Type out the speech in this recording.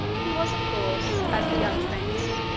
he was, of course, as the young prince,